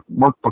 workbook